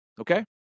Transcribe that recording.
Okay